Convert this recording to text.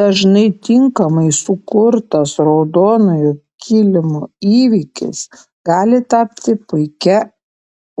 dažnai tinkamai sukurtas raudonojo kilimo įvykis gali tapti puikia